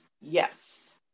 Yes